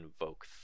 invoke